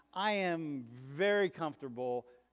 i am very comfortable